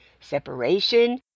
separation